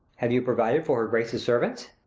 have you provided for her grace's servants?